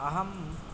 अहम्